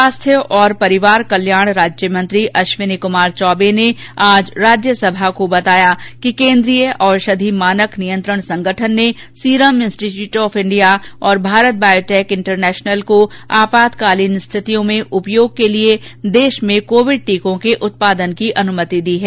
स्वास्थ्य और परिवार कल्याण राज्य मंत्री अश्विनी कुमार चौबे ने आज राज्यसभा को बताया कि केंद्रीय औषधि मानक नियंत्रण संगठन ने सीरम इंस्टीट्यूट ऑफ इंडिया और भारत बायोटेक इंटरनेशनल को आपातकालीन स्थितियों में उपयोग के लिए देश में कोविड टीकों को उत्पादन की अनुमति दी है